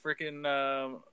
Freaking